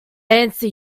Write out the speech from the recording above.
answer